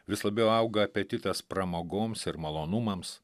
vis labiau auga apetitas pramogoms ir malonumams